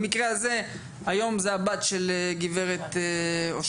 במקרה הזה - היום זו הבת של גברת אושרת,